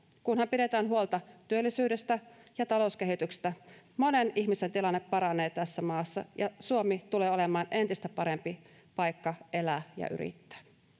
kunhan pidetään huolta työllisyydestä ja talouskehityksestä monen ihmisen tilanne paranee tässä maassa ja suomi tulee olemaan entistä parempi paikka elää ja yrittää